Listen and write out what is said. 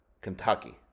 Kentucky